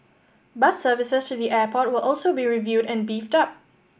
bus services to the airport will also be reviewed and beefed up